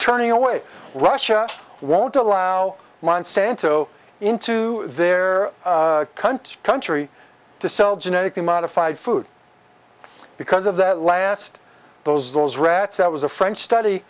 turning away russia won't allow monsanto into their cunt country to sell genetically modified food because of that last those those rats that was a french study